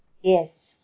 Yes